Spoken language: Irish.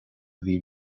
bhí